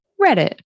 Reddit